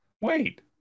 wait